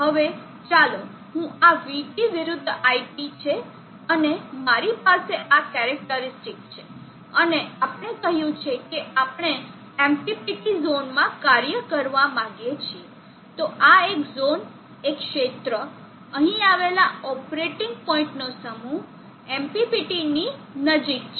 હવે ચાલો હું આ vt વિરુદ્ધ it છે અને મારી પાસે આ કેરેકટરીસ્ટીક છે અને આપણે કહ્યું છે કે આપણે MMPT ઝોનમાં કાર્ય કરવા માંગીએ છીએ તો એક ઝોન એક ક્ષેત્ર અહીં આવેલા ઓપરેટિંગ પોઇન્ટનો સમૂહ MPPTની નજીક છે